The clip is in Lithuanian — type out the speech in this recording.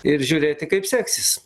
ir žiūrėti kaip seksis